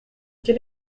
quel